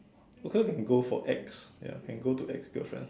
or can go for ex ya can go to ex girlfriend